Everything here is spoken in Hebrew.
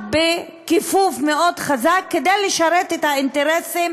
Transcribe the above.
בכיפוף מאוד חזק כדי לשרת את האינטרסים